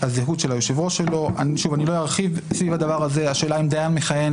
הזהות של היושב-ראש שלו סביב הדבר הזה השאלה אם דיין מכהן